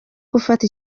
gufata